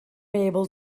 able